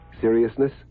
Seriousness